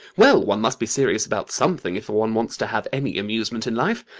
well, one must be serious about something, if one wants to have any amusement in life.